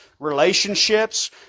relationships